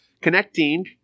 connecting